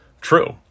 true